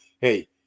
Hey